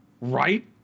Right